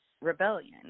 rebellion